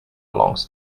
belongs